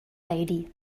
lady